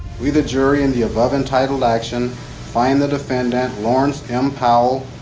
we the jury, in the above-entitled action, find the defendant, laurence m. powell,